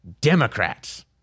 Democrats